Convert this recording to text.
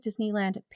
Disneyland